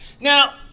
Now